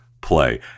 play